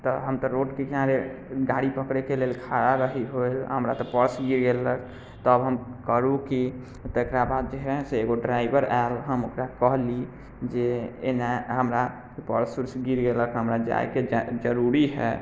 तऽ हम तऽ रोडके किनारे गाड़ी पकड़ैके लेल खड़ा रही हमरा तऽ पर्स गिर गेल रहै तब हम करू की तकरा बाद जे हइ से एगो ड्राइवर आएल हम ओकरा कहली जे एना हमरा पर्स उर्स गिर गेलक हँ हमरा जाइके जरूरी हइ